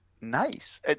nice